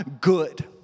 good